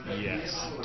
Yes